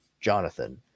Jonathan